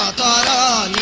um da da